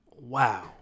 Wow